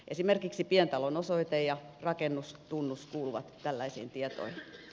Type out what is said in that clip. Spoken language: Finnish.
esimerkiksi pientalon osoite ja rakennustunnus kuuluvat tällaisiin tietoihin